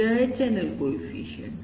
यह है channel coefficient